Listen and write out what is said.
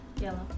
Yellow